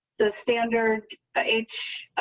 the standard h